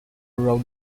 wrote